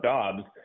Dobbs